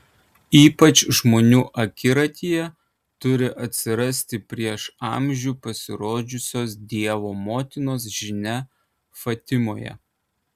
ypač žmonių akiratyje turi atsirasti prieš amžių pasirodžiusios dievo motinos žinia fatimoje